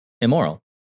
immoral